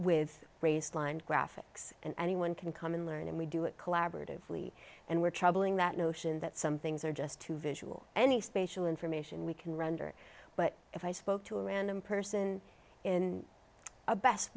with race line graphics and anyone can come and learn and we do it collaboratively and we're travelling that notion that some things are just too visual any facial information we can render but if i spoke to a random person in a best